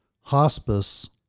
hospice